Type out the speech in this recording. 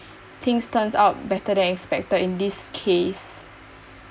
things turns out better than expected in this case